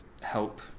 help